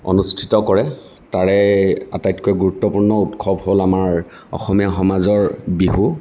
অনুষ্ঠিত কৰে তাৰে আটাইতকৈ গুৰুত্বপূৰ্ণ উৎসৱ হ'ল আমাৰ অসমীয়া সমাজৰ বিহু